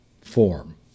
form